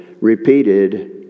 repeated